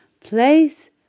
place